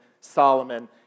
Solomon